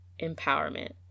empowerment